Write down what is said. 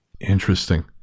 Interesting